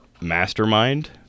Mastermind